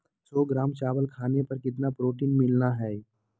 सौ ग्राम चावल खाने पर कितना प्रोटीन मिलना हैय?